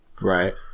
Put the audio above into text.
right